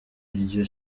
iryo